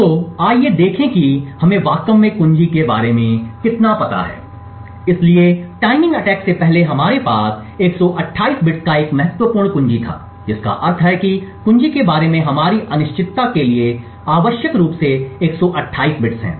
तो आइए देखें कि हमें वास्तव में कुंजी के बारे में कितना पता है इसलिए टाइमिंग अटैक से पहले हमारे पास 128 बिट्स का एक महत्वपूर्ण कुंजी था जिसका अर्थ है कि कुंजी के बारे में हमारी अनिश्चितता के लिए आवश्यक रूप से 128 बिट्स हैं